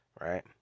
right